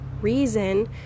reason